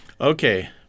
Okay